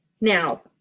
Now